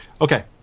Okay